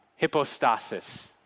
hypostasis